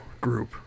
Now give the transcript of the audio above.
group